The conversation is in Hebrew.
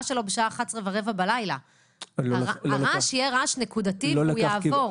שלו בשעה 23:15. הרעש יהיה רעש נקודתי והוא יעבור.